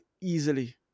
easily